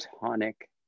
tonic